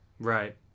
Right